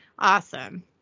Awesome